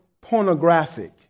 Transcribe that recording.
pornographic